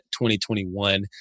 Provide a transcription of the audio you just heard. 2021